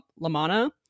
Lamana